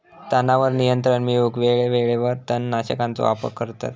तणावर नियंत्रण मिळवूक वेळेवेळेवर तण नाशकांचो वापर करतत